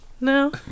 No